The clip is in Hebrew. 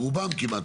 רובם כמעט,